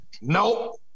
nope